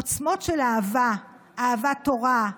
עוצמות של אהבה: אהבת תורה,